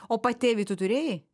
o patėvį tu turėjai